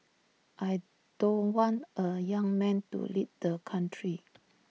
I don't want A young man to lead the country